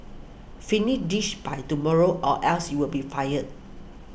finish this by tomorrow or else you will be fired